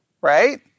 right